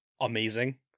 amazing